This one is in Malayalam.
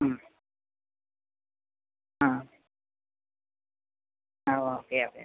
മ്മ് ആ ആ ഓക്കെ ഓക്കെ